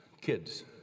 Kids